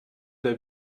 der